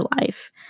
life